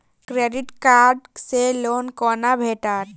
Credit card सँ loan कोना भेटत?